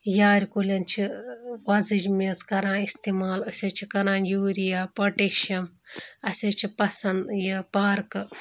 یارِ کُلٮ۪ن چھِ وۄزٕج میٚژ کَران استعمال أسۍ حظ چھِ کَران یوٗریا پۄٹیشیَم اَسہِ حظ چھِ پسَنٛد یہِ پارکہٕ